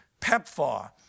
pepfar